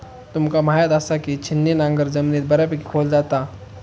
तुमका म्हायत आसा, की छिन्नी नांगर जमिनीत बऱ्यापैकी खोल जाता